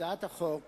הצעת החוק